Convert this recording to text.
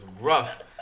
rough